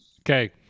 Okay